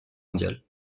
mondiale